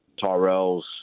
Tyrell's